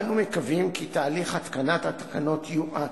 אנו מקווים כי תהליך התקנת התקנות יואץ,